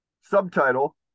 subtitle